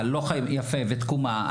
ותקומה.